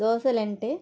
దోశలంటే